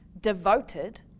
devoted